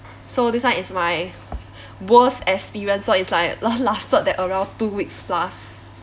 so this one is my worst experience lor it's like long lasted that around two weeks plus